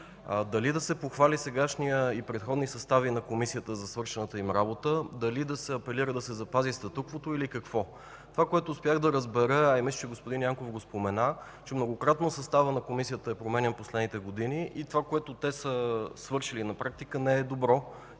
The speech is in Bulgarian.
дали да се похвали сегашният и предходните състави на Комисията за свършената им работа, дали да се апелира да се запази статуквото, или какво? Това, което успях да разбера, а мисля, че и господин Янков го спомена, че многократно съставът на Комисията е променян в последните години и това, което те са свършили на практика, не е добро